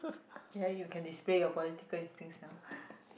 ye you can display your political instincts now